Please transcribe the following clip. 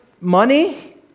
money